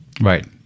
right